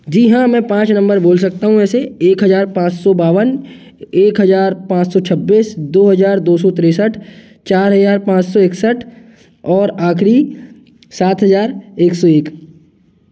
जी हाँ मैं पाँच नंबर बोल सकता हूँ ऐसे एक हज़ार पाँच सौ बावन एक हज़ार पाँच सौ छब्बीस दो हज़ार दो सौ तिरसठ चार हज़ार पाँच सौ इकसठ और आखरी सात हज़ार एक सौ एक